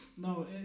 No